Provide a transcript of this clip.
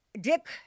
Dick